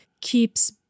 keeps